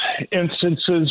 instances